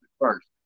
first